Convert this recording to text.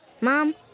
Mom